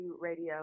radio